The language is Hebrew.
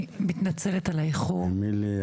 אני מתנצלת על האיחור.